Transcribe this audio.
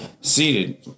seated